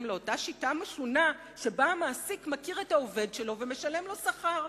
לאותה שיטה משונה שבה המעסיק מכיר את העובד שלו ומשלם לו שכר,